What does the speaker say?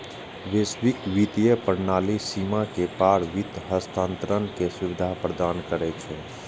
वैश्विक वित्तीय प्रणाली सीमा के पार वित्त हस्तांतरण के सुविधा प्रदान करै छै